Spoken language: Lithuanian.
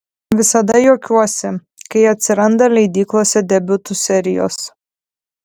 visada juokiuosi kai atsiranda leidyklose debiutų serijos